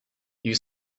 you